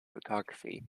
photography